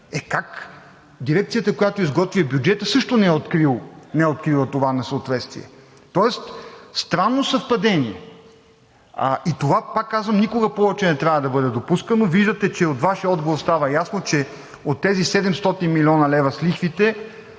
Е, как?! Дирекцията, която изготвя бюджета, също не е открила това несъответствие, тоест странно съвпадение! И това, пак казвам, никога повече не трябва да бъде допускано. Виждате – от Вашия отговор става ясно, че от тези 700 млн. лв. с лихвите,